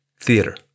theater